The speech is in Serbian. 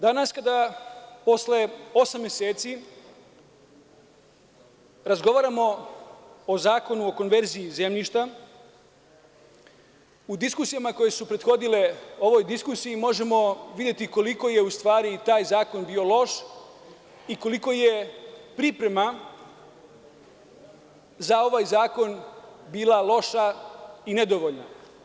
Danas kada, posle osam meseci razgovaramo o Zakonu o konverziji zemljišta, u diskusijama koje su prethodile ovoj diskusiji možemo videti koliko je, u stvari, taj zakon bio loš i koliko je priprema za ovaj zakon bila loša i nedovoljna.